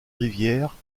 rivière